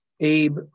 Abe